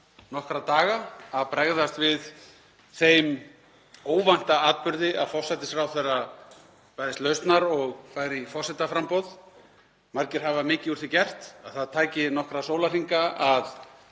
nokkra daga að bregðast við þeim óvænta atburði að forsætisráðherra bæðist lausnar og færi í forsetaframboð. Margir hafa mikið úr því gert að það tæki nokkra sólarhringa að